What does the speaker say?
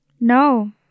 No